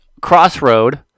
crossroad